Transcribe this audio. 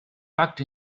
tucked